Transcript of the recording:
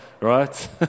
right